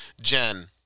Jen